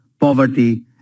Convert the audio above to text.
poverty